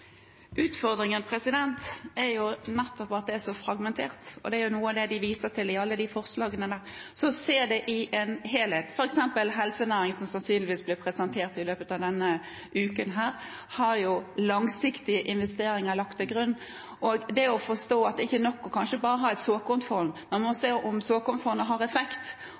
Utfordringen er nettopp at det er så fragmentert, og det er noe av det de viser til i alle disse forslagene – å se det i en helhet. For eksempel har stortingsmeldingen om helsenæringen, som sannsynligvis blir presentert i løpet av denne uken, langsiktige investeringer lagt til grunn. Det handler om å forstå at det er kanskje ikke nok å bare ha et såkornfond, man må se om såkornfondet har effekt,